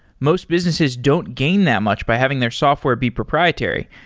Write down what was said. most businesses don't gain that much by having their software be proprietary.